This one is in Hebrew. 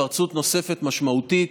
התפרצות נוספת משמעותית.